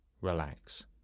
relax